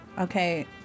Okay